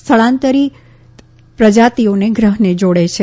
સ્થળાંતરિત પ્રજાતિઓ ગ્રહને જોડે છે